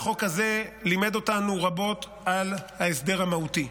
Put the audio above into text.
אלא החוק הזה לימד אותנו רבות על ההסדר המהותי.